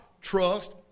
trust